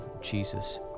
Jesus